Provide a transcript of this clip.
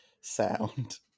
sound